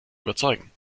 überzeugen